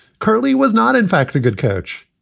curley was not, in fact, a good coach.